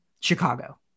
Chicago